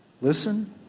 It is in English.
listen